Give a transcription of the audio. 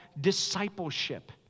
discipleship